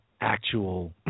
actual